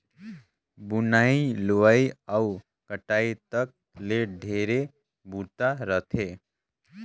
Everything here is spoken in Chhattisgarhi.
बुनई, लुवई अउ कटई तक ले ढेरे बूता रहथे